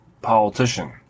politician